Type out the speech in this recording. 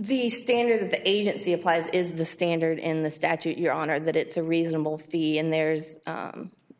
the standard the agency applies is the standard in the statute your honor that it's a reasonable fee and there's